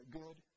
good